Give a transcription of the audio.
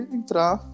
entrar